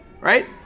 right